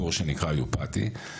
קורס שנקרא יופאתי.